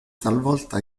talvolta